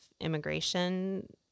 immigration